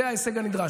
זה ההישג הנדרש.